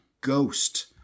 Ghost